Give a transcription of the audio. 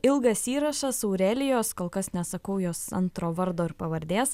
ilgas įrašas aurelijos kol kas nesakau jos antro vardo ir pavardės